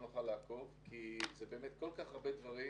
לא נוכל לעקוב כי זה כל כך הרבה דברים